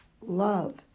love